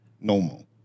Normal